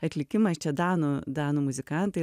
atlikimas čia danų danų muzikantai